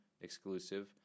exclusive